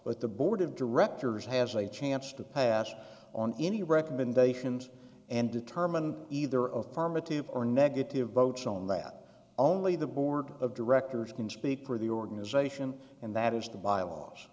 what the board of directors has a chance to pass on any recommendations and determine either of formative or negative votes on that only the board of directors can speak for the organization and that is t